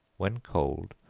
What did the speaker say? when cold,